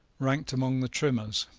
ranked among the trimmers.